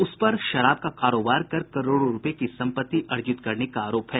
उस पर शराब का कारोबर कर करोड़ों रूपये की सम्पत्ति अर्जित करने का आरोप है